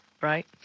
right